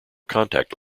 contact